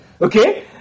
Okay